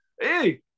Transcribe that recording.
hey